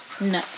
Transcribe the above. No